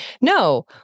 No